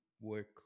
work